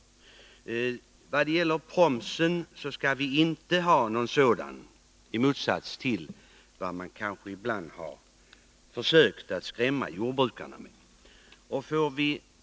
I fråga om promsen anser jag att vi inte skall ha någon sådan skatt, i motsats till dem som ibland har försökt skrämma jordbrukarna med det.